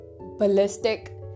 ballistic